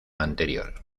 anterior